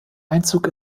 einzug